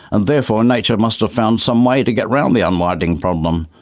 and therefore nature must found some way to get around the unwinding problem,